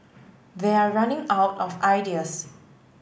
they're running out of ideas